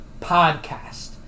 podcast